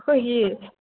ꯑꯩꯈꯣꯏꯒꯤ